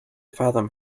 fathom